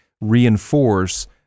reinforce